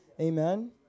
Amen